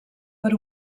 per